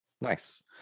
Nice